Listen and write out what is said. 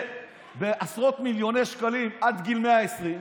בעשרות מיליוני שקלים עד גיל 120,